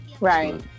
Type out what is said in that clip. right